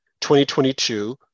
2022